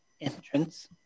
entrance